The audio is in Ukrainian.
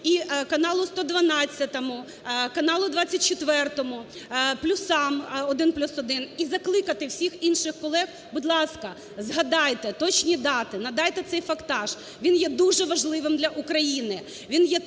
і каналу "112", каналу "24", "Плюсам", "1+1", і закликати всіх інших колег: будь ласка, згадайте точні дати, надайте цей фактаж, він є дуже важливим для України, він є